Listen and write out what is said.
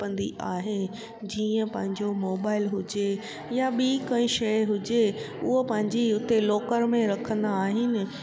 खपंदी आहे जीअं पंहिंजो मोबाइल हुजे या ॿी कोई शइ हुजे उहो पंहिंजी उते लॉकर में रखंदा आहिनि